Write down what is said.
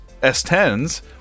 S10s